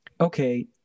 okay